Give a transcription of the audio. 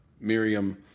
Miriam